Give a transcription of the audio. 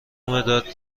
مداد